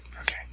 Okay